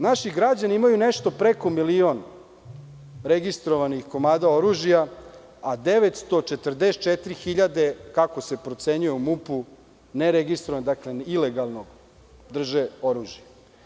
Naši građani imaju nešto preko milion registrovanih komada oružja, a 944.000, kako se procenjuje u MUP, ilegalno drže oružje.